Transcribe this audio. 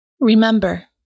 Remember